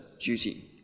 duty